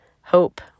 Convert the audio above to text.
hope